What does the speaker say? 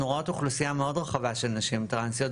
אנחנו רואות אוכלוסייה מאוד רחבה של נשים טראנסיות,